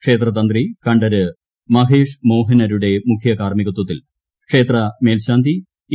ക്ഷേത്രതന്ത്രി കണ്ഠര് മഹേഷ് മോഹനരുടെ മുഖ്യകാർമ്മികത്വത്തിൽ ക്ഷേത്ര മേൽശാന്തി എ